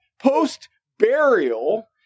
post-burial